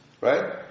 right